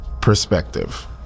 perspective